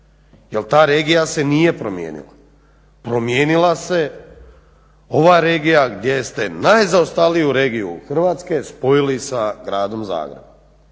jer ta regija se nije promijenila. Promijenila se ova regija gdje ste najzaostaliju regiju Hrvatske spojili sa gradom Zagrebom.